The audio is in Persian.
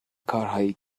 کارهایی